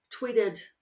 tweeted